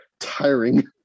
Tiring